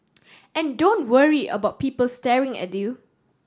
and don't worry about people staring at you